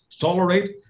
tolerate